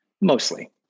mostly